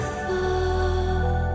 fall